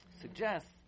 suggests